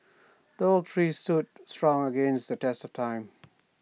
the oak tree stood strong against the test of time